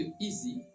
easy